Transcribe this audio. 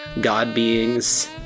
god-beings